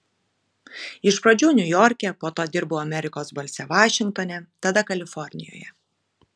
iš pradžių niujorke po to dirbau amerikos balse vašingtone tada kalifornijoje